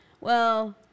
Well-